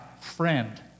friend